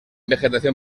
vegetación